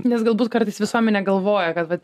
nes galbūt kartais visuomenė galvoja kad vat